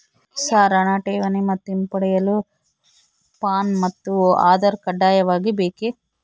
Sir ಹಣ ಠೇವಣಿ ಮತ್ತು ಹಿಂಪಡೆಯಲು ಪ್ಯಾನ್ ಮತ್ತು ಆಧಾರ್ ಕಡ್ಡಾಯವಾಗಿ ಬೇಕೆ?